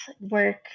work